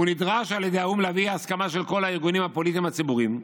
הוא נדרש על ידי האו"ם להביא הסכמה של כל הארגונים הפוליטיים הציבוריים,